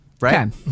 Right